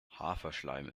haferschleim